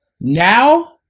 Now